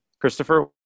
Christopher